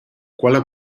quella